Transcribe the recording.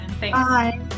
Bye